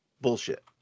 bullshit